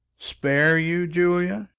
spare you, julia?